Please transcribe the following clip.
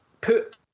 put